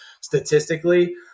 statistically